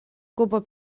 gwybod